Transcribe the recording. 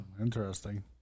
Interesting